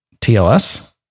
tls